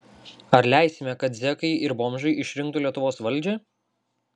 ar leisime kad zekai ir bomžai išrinktų lietuvos valdžią